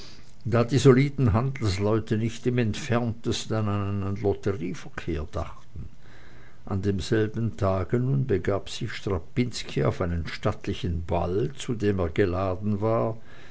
da die soliden handelsleute nicht im entferntesten an einen lotterieverkehr dachten an demselben tage nun begab sich strapinski auf einen stattlichen ball zu dem er geladen war